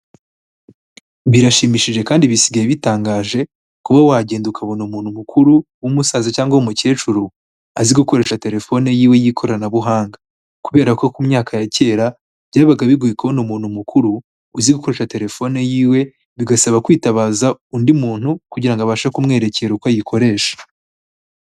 Birashimishije kandi bisigaye bitangaje, kuba wagenda ukabona umuntu mukuru w'umusaza cyangwa w'umukecuru azi gukoresha terefone yiwe y'ikoranabuhanga. Kubera ko ku myaka ya kera byabaga bigoye kubona umuntu mukuru uzi gukoresha terefone yiwe, bigasaba kwitabaza undi muntu kugira ngo abashe kumwerekera uko ayikoresha.